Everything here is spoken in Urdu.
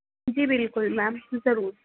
جی بالکل میم ضرور